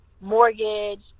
mortgage